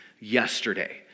yesterday